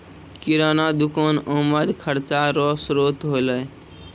किराना दुकान आमद खर्चा रो श्रोत होलै